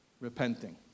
repenting